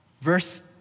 Verse